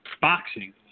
boxing